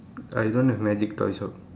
I don't have magic toy shop